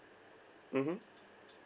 mmhmm